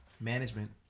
Management